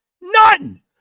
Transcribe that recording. None